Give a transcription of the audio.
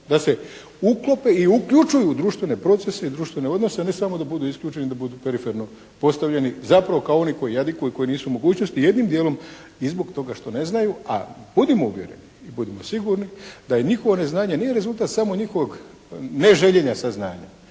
Da se uklope i uključuju u društvene procese i društvene odnose, a ne samo da budu isključeni, da budu periferno postavljeni zapravo kao oni koji jadikuju, koji nisu u mogućnosti jednim dijelom i zbog toga što ne znaju. A budimo uvjereni i budimo sigurno da njihovo neznanje nije rezultat samo njihovog ne željenja saznanja